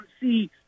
see